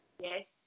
Yes